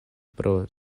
pro